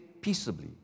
Peaceably